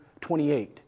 28